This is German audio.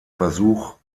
versuch